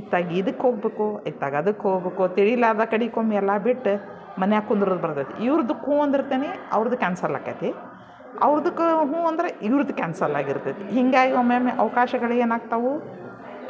ಇತ್ತಾಗ ಇದಕ್ಕೆ ಹೋಗಬೇಕು ಇತ್ತಾಗ ಅದಕ್ಕೆ ಹೋಗ್ಬೇಕೋ ತಿಳಿಲಾರ್ದೆ ಕಡೆಕೊಮ್ಮೆ ಎಲ್ಲ ಬಿಟ್ಟು ಮನೆಯಾಗ ಕುಂದುರ್ರ್ ಬರ್ದತಿ ಇವ್ರದಕ್ಕೆ ಹ್ಞೂ ಅಂದಿರ್ತೀನಿ ಅವ್ರ್ದು ಕ್ಯಾನ್ಸಲ್ ಆಕೈತಿ ಅವ್ರ್ದಕ್ಕೆ ಹ್ಞೂ ಅಂದ್ರೆ ಇವ್ರ್ದು ಕ್ಯಾನ್ಸಲ್ ಆಗಿರ್ತೈತಿ ಹೀಗಾಗಿ ಒಮ್ಮೊಮ್ಮೆ ಅವ್ಕಾಶಗಳು ಏನಾಗ್ತವೆ